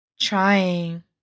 Trying